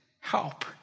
help